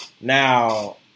Now